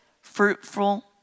fruitful